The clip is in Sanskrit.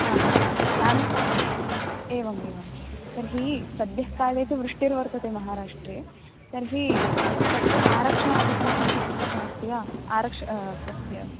हा हा यानम् एवम् एवं तर्हि सद्यः काले तु वृष्टर्वर्तते महाराष्ट्रे तर्हि तस्य आरक्षणादिकं किञ्चित् कृतमस्ति वा आरक्ष तस्य